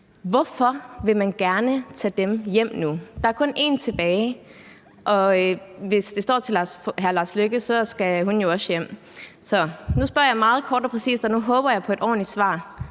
vi har set i nyere tid, hjem nu? Der er kun én tilbage, og hvis det står til udenrigsministeren, skal hun jo også hjem. Så nu spørger jeg meget kort og præcist, og nu håber jeg på et ordentligt svar: